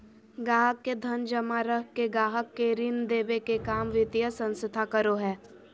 गाहक़ के धन जमा रख के गाहक़ के ऋण देबे के काम वित्तीय संस्थान करो हय